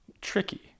tricky